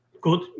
good